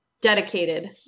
dedicated